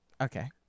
Okay